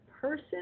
person